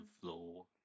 floor